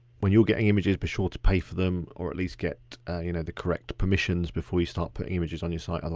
when you're getting images, be sure to pay for them or at least get you know the correct permissions before you start putting images on your site, otherwise,